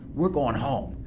we're going home.